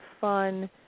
fun